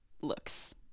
looks